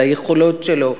על היכולות שלו,